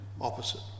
opposite